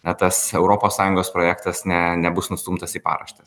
na tas europos sąjungos projektas ne nebus nustumtas į paraštes